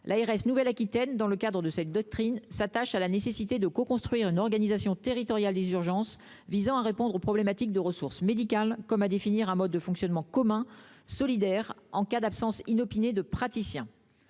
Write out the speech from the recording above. L'ARS de Nouvelle-Aquitaine, dans le respect de cette doctrine, s'attache à coconstruire une organisation territoriale des urgences visant à répondre à la problématique des ressources médicales, et à définir un mode de fonctionnement commun solidaire en cas d'absence inopinée de praticiens.